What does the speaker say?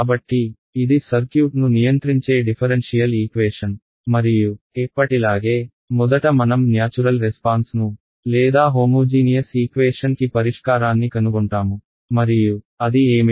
కాబట్టి ఇది సర్క్యూట్ను నియంత్రించే డిఫరెన్షియల్ ఈక్వేషన్ మరియు ఎప్పటిలాగే మొదట మనం న్యాచురల్ రెస్పాన్స్ ను లేదా హోమోజీనియస్ ఈక్వేషన్ కి పరిష్కారాన్ని కనుగొంటాము మరియు అది ఏమిటి